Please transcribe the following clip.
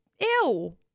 ew